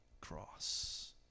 cross